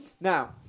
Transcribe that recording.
Now